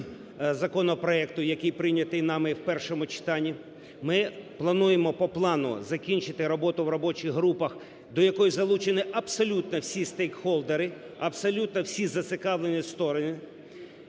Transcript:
законопроекту, який прийнятий нами в першому читанні. Ми плануємо по плану закінчити роботу в робочих групах, до яких залучені абсолютно всі стейкхолдери, абсолютно всі зацікавлені сторони.